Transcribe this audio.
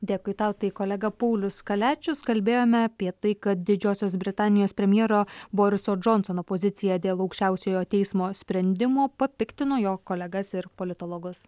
dėkui tau tai kolega paulius kaliačius kalbėjome apie tai kad didžiosios britanijos premjero boriso džonsono pozicija dėl aukščiausiojo teismo sprendimo papiktino jo kolegas ir politologus